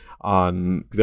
on –